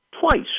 twice